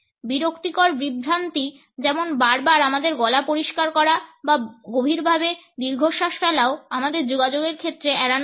বিরক্তিকর বিভ্রান্তি যেমন বারবার আমাদের গলা পরিষ্কার করা বা গভীরভাবে দীর্ঘশ্বাস ফেলাও আমাদের যোগাযোগের ক্ষেত্রে এড়ানো উচিত